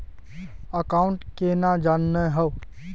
Account केना जाननेहव?